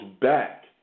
back